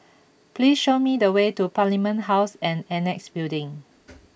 please show me the way to Parliament House and Annexe Building